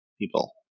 people